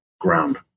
ground